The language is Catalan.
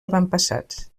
avantpassats